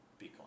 Bitcoin